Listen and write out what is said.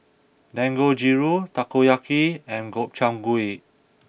Dangojiru Takoyaki and Gobchang Gui